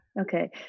Okay